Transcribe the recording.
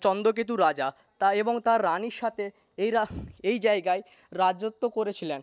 চন্দ্রকেতু রাজা তা এবং তার রানির সাথে এরা এই জায়গায় রাজত্ব করেছিলেন